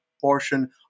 portion